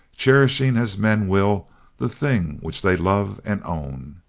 cherishing as men will the thing which they love and own.